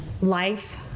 life